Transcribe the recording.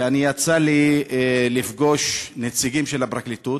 ויצא לי לפגוש נציגים של הפרקליטות,